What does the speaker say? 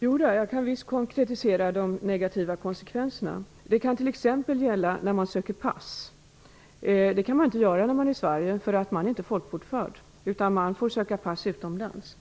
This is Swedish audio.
Fru talman! Jag kan visst konkretisera de negativa konsekvenserna. Det kan t.ex. gälla när man ansöker om pass. Det kan man inte göra när man är i Sverige eftersom man inte är folkbokförd här. Man får i stället ansöka om pass utomlands.